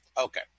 Okay